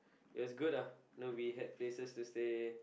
it was good lah no we had places to stay